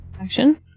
action